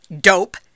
dope